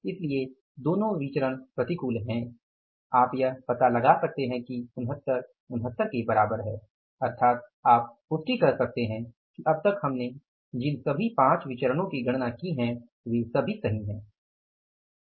इसलिए दोनों विचरण प्रतिकूल हैं आप यह पता लगा सकते हैं कि 69 69 के बराबर है अर्थात आप पुष्टि कर सकते हैं कि अब तक हमने जिन सभी पांच विचरणो की गणना की है वे सभी सही हैं